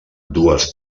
dues